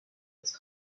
its